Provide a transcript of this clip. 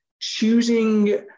choosing